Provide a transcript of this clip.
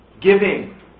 Giving